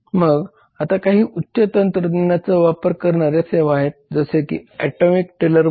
मग आता काही उच्च तंत्रज्ञानाचा वापर करणाऱ्या सेवा आहेत जसे की ऍटोमॅटिक टेलर मशीन